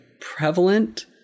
prevalent